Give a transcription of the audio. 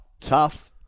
tough